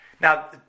Now